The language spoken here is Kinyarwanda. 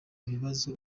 ibibazo